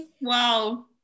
Wow